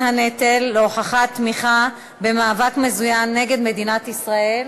הנטל להוכחת תמיכה במאבק מזוין נגד מדינת ישראל),